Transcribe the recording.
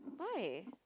why